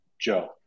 Joe